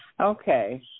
Okay